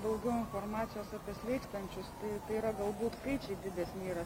daugiau informacijos apie sveikstančius tai tai yra galbūt skaičiai didesni yra